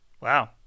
Wow